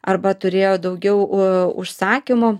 arba turėjo daugiau u užsakymų